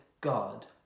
God